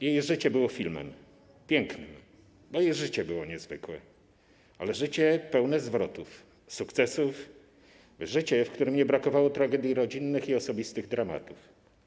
Jej życie było pięknym filmem, bo jej życie było niezwykłe, ale było to życie pełne zwrotów, sukcesów, życie, w którym nie brakowało tragedii rodzinnych i osobistych dramatów.